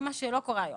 מה שלא קורה היום.